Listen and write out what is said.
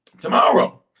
Tomorrow